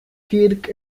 kirk